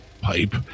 pipe